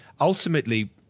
ultimately